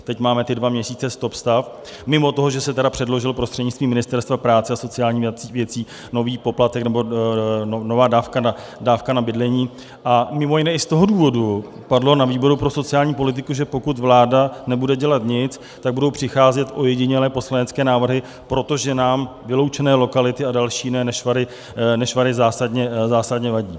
Teď máme ty dva měsíce stop stav, mimo to, že se teda předložil prostřednictvím Ministerstva práce a sociálních věcí nový poplatek nebo nová dávka na bydlení, a mimo jiné i z toho důvodu padlo na výboru pro sociální politiku, že pokud vláda nebude dělat nic, tak budou přicházet ojedinělé poslanecké návrhy, protože nám vyloučené lokality a další jiné nešvary zásadně vadí.